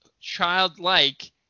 childlike